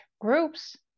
groups